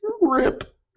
RIP